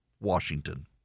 Washington